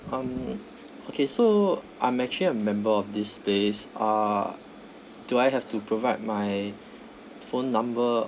um okay so I'm actually a member of this place uh do I have to provide my phone number